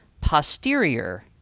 posterior